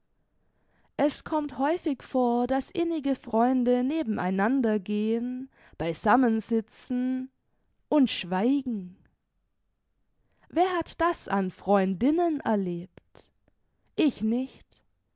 es kommt häufig vor daß innige freunde neben einander gehen beisammensitzen und schweigen wer hat das an freundinnen erlebt ich nicht